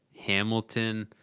hamilton,